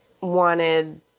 wanted